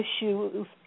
issues